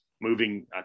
moving